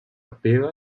pega